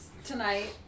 tonight